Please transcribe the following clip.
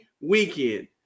weekend